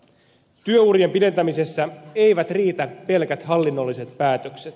työurien pidentämisessä eivät riitä pelkät hallinnolliset päätökset